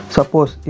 Suppose